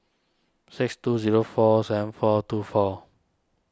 six two zero four seven four two four